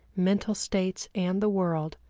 mental states and the world,